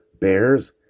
bears